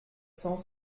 cent